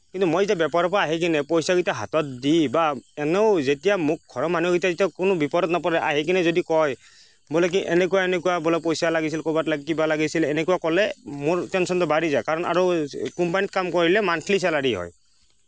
কিন্তু মই যে বেপাৰৰ পৰা আহি কিনে পইচাকেইটা হাতত দি বা এনেও যেতিয়া মোক ঘৰৰ মানুহকেইটাই যেতিয়া কোনো বিপদত নপৰে আহি কিনে যদি কয় বোলে কি এনেকুৱা এনেকুৱা বোলে পইচা লাগিছিল ক'বাত কিবা লাগিছিল এনেকুৱা ক'লে মোৰ টেনচনটো বাঢ়ি যায় কাৰণ আৰু কোম্পানীত কাম কৰিলে মান্থলি ছেলাৰি হয়